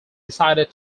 decided